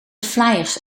flyers